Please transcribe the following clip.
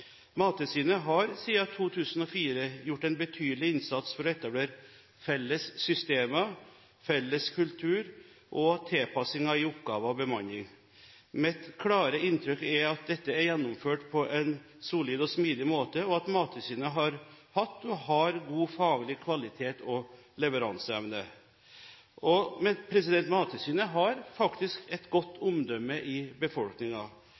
Mattilsynet har siden 2004 gjort en betydelig innsats for å etablere felles systemer, felles kultur og tilpasninger i oppgaver og bemanning. Mitt klare inntrykk er at dette er gjennomført på en solid og smidig måte, og at Mattilsynet har hatt og har god faglig kvalitet og leveranseevne. Mattilsynet har faktisk et godt omdømme i